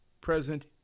present